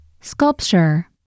sculpture